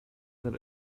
that